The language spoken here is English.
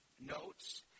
notes